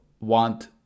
want